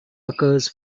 occurs